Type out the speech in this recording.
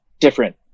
different